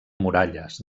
muralles